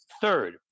Third